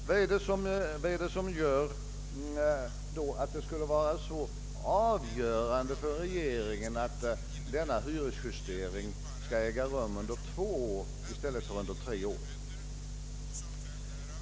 Vad är det då som medför att det skulle vara så avgörande för regeringen, att denna hyresjustering skall äga rum under två år i stället för under tre år?